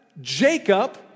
Jacob